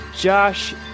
Josh